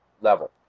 level